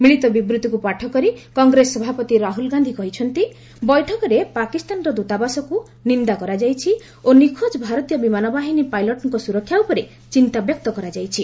ମିଳିତ ବିବୃତ୍ତିକୁ ପାଠ କରି କଂଗ୍ରେସ ସଭାପତି ରାହୁଲ ଗାନ୍ଧି କହିଛନ୍ତି ବୈଠକରେ ପାକିସ୍ତାନର ଦ୍ୱତାବାସକୁ ନିନ୍ଦା କରାଯାଇଛି ଓ ନିଖୋଜ ଭାରତୀୟ ବିମାନ ବାହିନୀ ପାଇଲଟ୍ଙ୍କ ସ୍ୱରକ୍ଷା ଉପରେ ଚିନ୍ତାବ୍ୟକ୍ତ କରାଯାଇଛି